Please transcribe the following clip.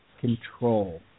control